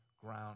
ground